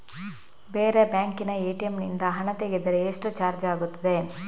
ಬೇರೆ ಬ್ಯಾಂಕಿನ ಎ.ಟಿ.ಎಂ ನಿಂದ ಹಣ ತೆಗೆದರೆ ಎಷ್ಟು ಚಾರ್ಜ್ ಆಗುತ್ತದೆ?